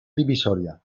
divisoria